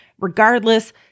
Regardless